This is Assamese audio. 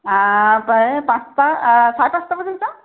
প্ৰায় পাঁচটা আ চাৰে পাঁচটামানত যাওঁ